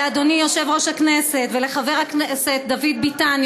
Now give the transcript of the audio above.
לאדוני יושב-ראש הכנסת ולחבר הכנסת דוד ביטן,